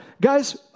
Guys